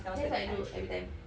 that's what I do every time